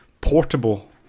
portable